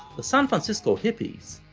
the san francisco hippies,